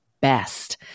best